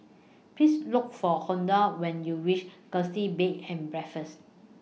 Please Look For Honora when YOU REACH Gusti Bed and Breakfast